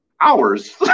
hours